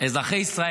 אזרחי ישראל.